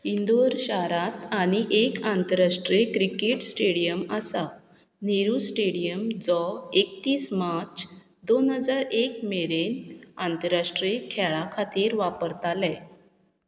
इंदोर शारांत आनी एक आंतरराष्ट्रीय क्रिकेट स्टेडीयम आसा नेहरू स्टेडीयम जो एकतीस मार्च दोन हजार एक मेरेन आंतरराष्ट्रीय खेळां खातीर वापरताले